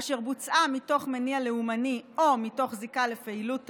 אשר בוצעה מתוך מניע לאומני או מתוך זיקה לפעילות טרור,